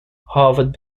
harvard